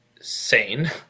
sane